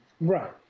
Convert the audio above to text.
Right